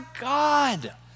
God